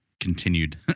continued